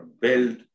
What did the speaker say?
build